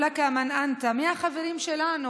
מי החברים שלנו?